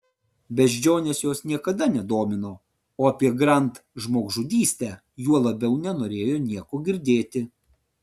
beždžionės jos niekada nedomino o apie grand žmogžudystę juo labiau nenorėjo nieko girdėti